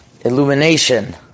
Illumination